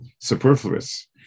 superfluous